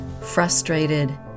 frustrated